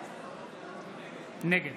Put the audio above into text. נגד